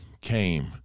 came